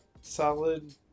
solid